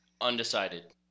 Undecided